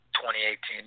2018